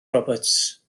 roberts